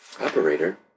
Operator